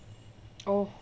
oh